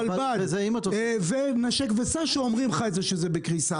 רלב"ד שאומרים לך שזה בקריסה,